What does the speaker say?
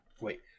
Wait